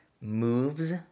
moves